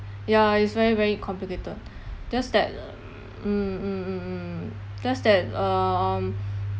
ya is very very complicated just that mm mm mm mm just that um